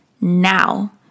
Now